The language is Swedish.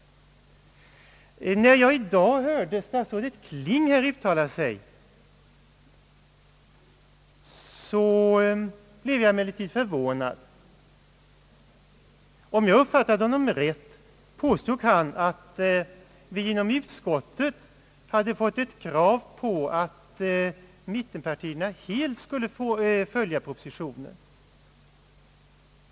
När jag i dag hörde statsrådet Kling uttala sig, blev jag emellertid förvånad. Om jag uppfattade honom rätt påstod han, att det inom utskottet hade ställts ett krav på att mittenpartierna helt skulle följa propositionen.